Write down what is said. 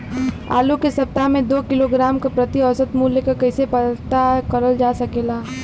आलू के सप्ताह में दो किलोग्राम क प्रति औसत मूल्य क कैसे पता करल जा सकेला?